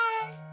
Bye